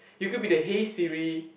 you could be the hey Siri